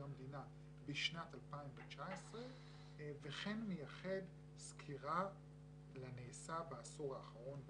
המדינה בשנת 2019 וכן נייחד סקירה לנעשה בעשור האחרון בנציבות.